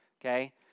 okay